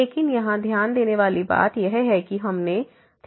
लेकिन यहां ध्यान देने वाली बात यह है कि हमने तय कर लिया है